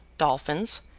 dolphins,